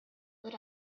lit